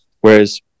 Whereas